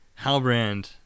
Halbrand